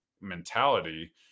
mentality